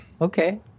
Okay